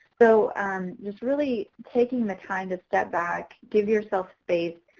so just really taking the time to step back, give yourself space,